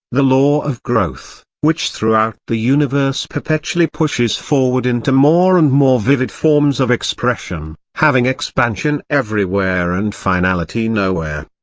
the law of growth, which throughout the universe perpetually pushes forward into more and more vivid forms of expression, having expansion everywhere and finality nowhere.